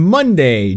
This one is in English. Monday